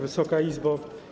Wysoka Izbo!